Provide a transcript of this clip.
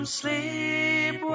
sleep